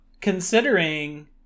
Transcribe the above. considering